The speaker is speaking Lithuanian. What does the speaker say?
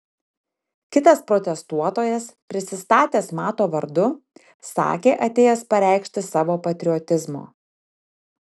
kitas protestuotojas prisistatęs mato vardu sakė atėjęs pareikšti savo patriotizmo